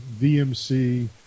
VMC